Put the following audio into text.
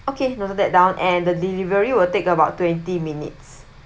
okay noted that down and the delivery will take about twenty minutes